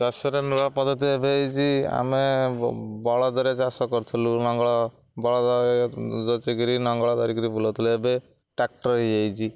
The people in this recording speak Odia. ଚାଷରେ ନୂଆ ପଦ୍ଧତି ଏବେ ହୋଇଛି ଆମେ ବଳଦରେ ଚାଷ କରୁଥିଲୁ ନଙ୍ଗଳ ବଳଦ ଜଚିକିରି ନଙ୍ଗଳ ଧରିକିରି ବୁଲଉଥିଲୁ ଏବେ ଟ୍ରାକ୍ଟର ହୋଇଯାଇଛି